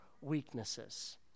weaknesses